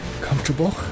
Comfortable